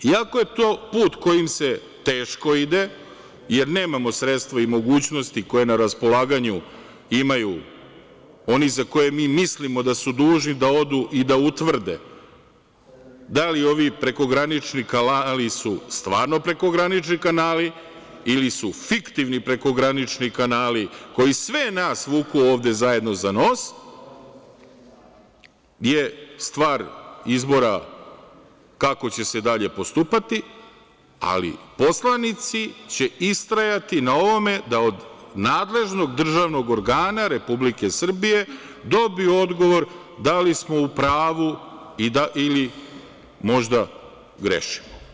Iako je to put kojim se teško ide, jer nemamo sredstva i mogućnosti koje na raspolaganju imaju oni za koje mi mislimo da su dužni da odu i da utvrde da li su ovi prekogranični kanali stvarno prekogranični kanali ili su fiktivni prekogranični kanali, koji sve nas vuku ovde zajedno za nos, je stvar izbora kako će dalje postupati, ali poslanici će istrajati na ovome da od nadležnog državnog organa Republike Srbije dobiju odgovor da li smo u pravu ili možda grešimo.